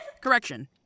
Correction